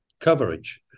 coverage